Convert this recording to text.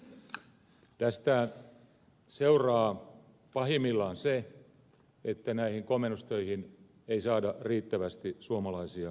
tästä seuraa pahimmillaan se että näihin komennustöihin ei saada riittävästi suomalaisia työntekijöitä